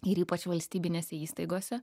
ir ypač valstybinėse įstaigose